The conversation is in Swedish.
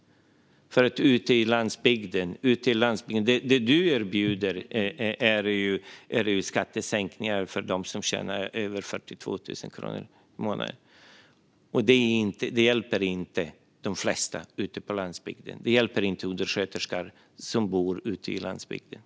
Det du erbjuder, Magnus Jacobsson, är skattesänkningar för dem som tjänar över 42 000 kronor i månaden. Det hjälper inte de flesta ute på landsbygden. Det hjälper inte undersköterskor som bor ute på landsbygden.